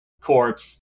corpse